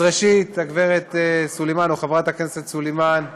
אז ראשית, הגברת סלימאן, או: חברת הכנסת סלימאן,